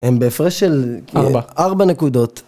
הם בהפרש של ארבע נקודות.